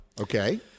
Okay